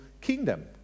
kingdom